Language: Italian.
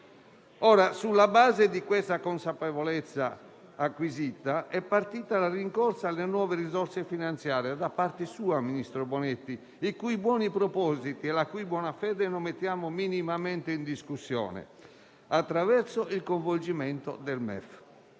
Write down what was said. Sulla base di questa consapevolezza acquisita è partita la rincorsa alle nuove risorse finanziarie - da parte sua, ministro Bonetti, i cui buoni propositi e la cui buona fede non mettiamo minimamente in discussione - attraverso il coinvolgimento del MEF.